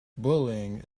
bullying